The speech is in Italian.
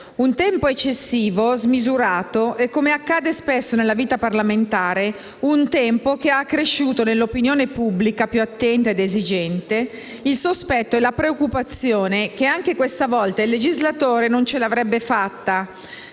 un tempo eccessivo, smisurato che - come accade spesso nella vita parlamentare - ha accresciuto nell'opinione pubblica più attenta ed esigente il sospetto e la preoccupazione che anche questa volta il legislatore non ce l'avrebbe fatta,